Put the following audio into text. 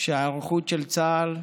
שההיערכות של צה"ל,